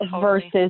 Versus